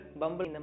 bumble